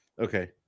Okay